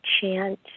chant